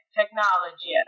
technology